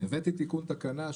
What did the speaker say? הבאתי תיקון תקנה,